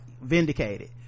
vindicated